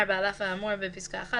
(4)על אף האמור בפסקה (1),